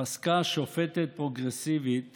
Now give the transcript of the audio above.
פסקה שופטת פרוגרסיבית